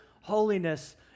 holiness